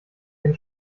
den